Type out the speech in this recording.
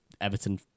Everton